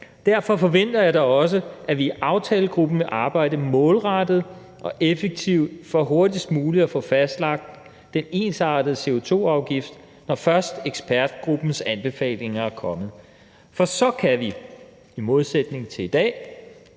Derfor forventer jeg da også, at vi i aftalegruppen vil arbejde målrettet og effektivt for hurtigst muligt at få fastlagt den ensartede CO2-afgift, når først ekspertgruppens anbefalinger er kommet. For så kan vi, i modsætning til i dag,